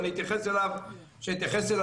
שאתייחס אליו בהמשך.